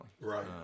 right